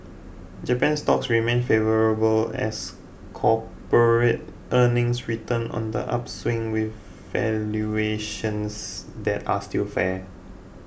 Japanese stocks remain favourable as corporate earnings return on the upswing with valuations that are still fair